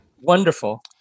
Wonderful